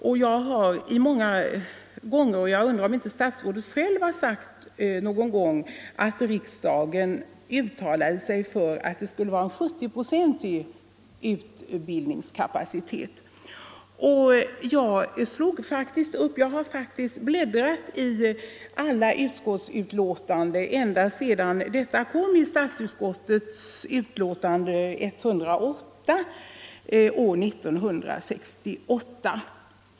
Det har sagts många gånger — och jag undrar om inte statsrådet själv har gjort det vid något tillfälle — att riksdagen uttalade sig för att det skulle vara en 70-procentig utbildningskapacitet. Jag har bläddrat i alla utskottsbetänkanden och utlåtanden ända sedan denna fråga kom upp i statsutskottets utlåtande nr 108 år 1968.